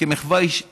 כמחווה אישית